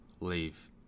leave